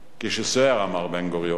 כשסוער, אמר בן-גוריון,